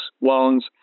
loans